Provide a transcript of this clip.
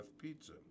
Pizza